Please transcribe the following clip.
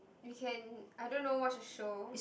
we can I don't know watch a show